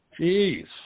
Jeez